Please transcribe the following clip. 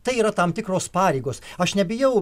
ir tai yra tam tikros pareigos aš nebijau